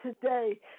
today